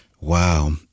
Wow